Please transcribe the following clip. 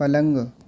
پلنگ